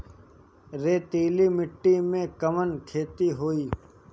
रेतीली माटी में कवन खेती होई?